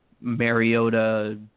Mariota